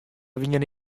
wiene